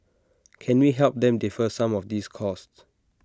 can we help them defer some of these costs